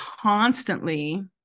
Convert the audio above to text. constantly